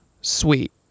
sweet